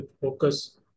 focus